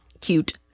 cute